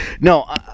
No